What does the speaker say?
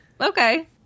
Okay